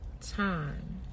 time